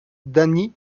danny